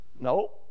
No